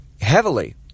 heavily